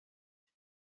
veut